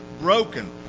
broken